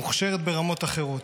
מוכשרת ברמות אחרות,